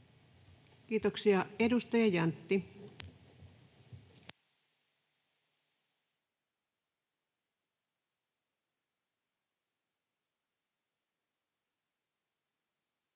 Kiitoksia. — Edustaja Jäntti.